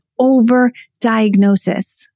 overdiagnosis